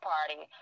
Party